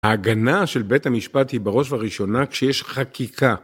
ההגנה של בית המשפט היא בראש ובראשונה כשיש חקיקה.